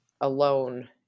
alone